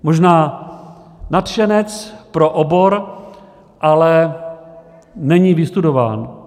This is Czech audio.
Možná nadšenec pro obor, ale není vystudován.